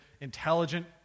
intelligent